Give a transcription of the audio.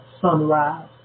sunrise